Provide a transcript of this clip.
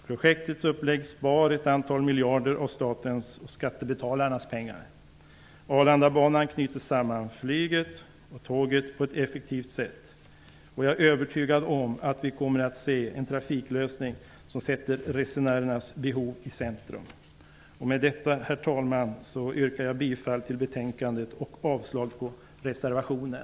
Projektets uppläggning spar ett antal miljarder av statens -- skattebetalarnas -- pengar. Arlandabanan knyter samman flyget och tåget på ett effektivt sätt, och jag är övertygad om att vi kommer att se en trafiklösning som sätter resenärernas behov i centrum. Med detta, herr talman, yrkar jag bifall till utskottets hemställan och avslag på reservationen.